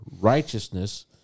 righteousness